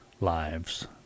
lives